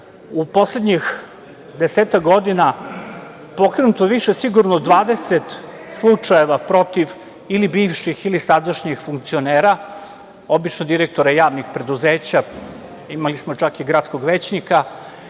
u poslednjih desetak godina pokrenuto više sigurno od 20 slučajeva protiv ili bivših ili sadašnjih funkcionera, obično direktora javnih preduzeća, imali smo čak i gradskog većnika,